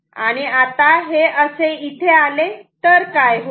आणि आता हे असे इथे आले तर काय होईल